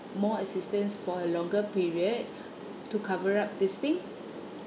more assistance for a longer period to cover up this thing